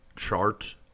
chart